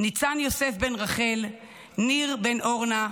ניצן יוסף בן רחל, ניר בן אורנה,